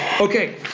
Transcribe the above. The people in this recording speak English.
Okay